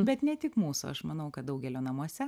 bet ne tik mūsų aš manau kad daugelio namuose